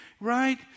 Right